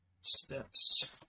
steps